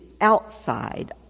outside